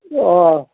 अँ